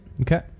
Okay